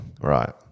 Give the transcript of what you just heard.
right